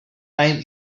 time